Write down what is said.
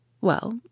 Well